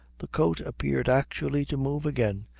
the coat appeared actually to move again,